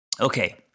Okay